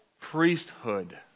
priesthood